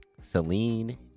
Celine